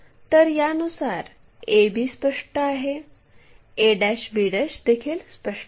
तर यानुसार ab स्पष्ट आहे ab देखील स्पष्ट आहे